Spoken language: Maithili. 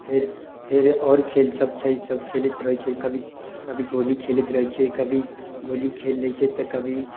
फिर फिर आओर खेल सब छै सब खेलैत रहै छियै कभी कभी गोली खेलैत रहै छियै कभी गोली खेल लै छियै तऽ कभी